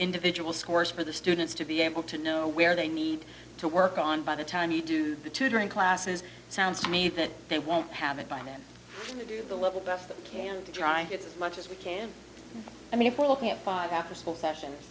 individual scores for the students to be able to know where they need to work on by the time you do the tutoring classes sounds to me that they won't have it by men to do the level best they can to try it as much as we can i mean if we're looking at five after school session